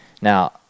Now